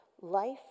life